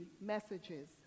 messages